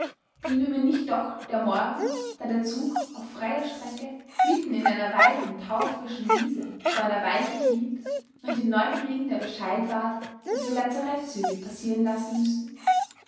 bliebe mir nicht doch der morgen da der zug auf freier strecke mitten in einer weiten taufrischen wiese vor einer weiche hielt und den neugierigen der bescheid ward daß wir lazarettzüge passieren lassen müßten